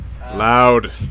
Loud